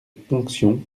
ponction